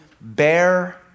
Bear